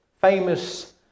famous